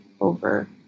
over